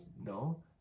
No